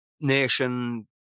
nation